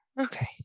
Okay